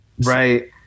right